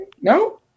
No